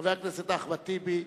חבר הכנסת אחמד טיבי,